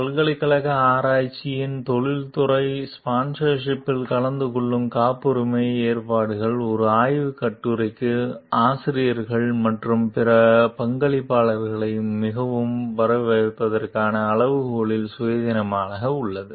பல்கலைக்கழக ஆராய்ச்சியின் தொழில்துறை ஸ்பான்சர்ஷிப்பில் கலந்து கொள்ளும் காப்புரிமை ஏற்பாடுகள் ஒரு ஆய்வுக் கட்டுரைக்கு ஆசிரியர்கள் மற்றும் பிற பங்களிப்பாளர்களை மிகவும் வரவு வைப்பதற்கான அளவுகோல்களிலிருந்து சுயாதீனமாக உள்ளன